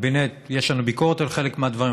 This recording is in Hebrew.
יש לנו ביקורת על חלק מהדברים,